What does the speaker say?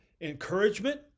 encouragement